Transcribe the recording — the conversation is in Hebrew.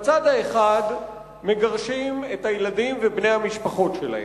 בצד האחד מגרשים את הילדים ובני המשפחות שלהם,